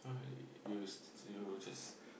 uh you you just